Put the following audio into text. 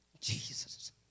Jesus